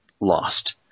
lost